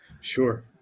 Sure